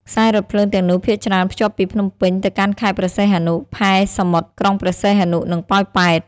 ខ្សែរថភ្លើងទាំងនោះភាគច្រើនភ្ជាប់ពីភ្នំពេញទៅកាន់ខេត្តព្រះសីហនុ ផែសមុទ្រក្រុងព្រះសីហនុ និងប៉ោយប៉ែត។